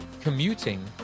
commuting